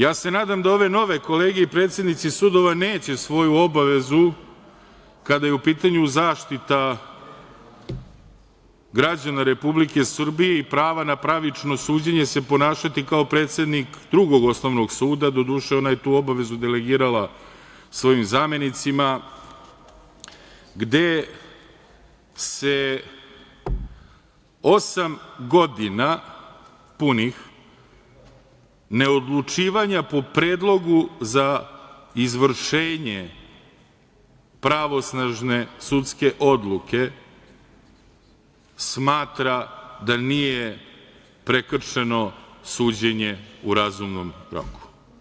Ja se nadam da ove nove kolege i predsednici sudova neće svoju obavezu, kada je u pitanju zaštita građana Republike Srbije i prava na pravično suđenje i ponašati se kao predsednik Drugog osnovnog suda, do duše, ona je tu obavezu delegirala svojim zamenicima, gde osam godina punih ne odlučivanja po predlogu za izvršenje pravnosnažne sudske odluke smatra da nije prekršeno suđenje u razumnom roku.